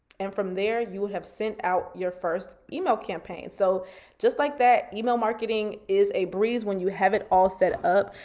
and from there, you will have sent out your first email campaign. so just like that email marketing is a breeze when you have it all set up.